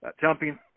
jumping